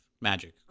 magic